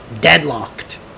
deadlocked